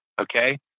okay